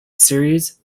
series